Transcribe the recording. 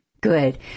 Good